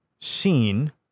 seen